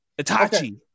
Itachi